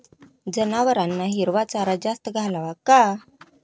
जनावरांना हिरवा चारा जास्त घालावा का?